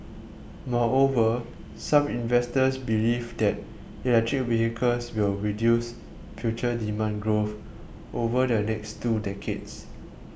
moreover some investors believe that electric vehicles will reduce future demand growth over the next two decades